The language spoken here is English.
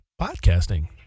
podcasting